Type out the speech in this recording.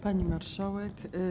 Pani Marszałek!